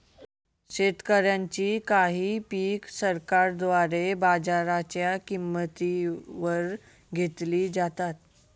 शेतकऱ्यांची काही पिक सरकारद्वारे बाजाराच्या किंमती वर घेतली जातात